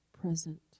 present